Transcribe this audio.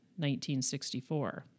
1964